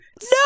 No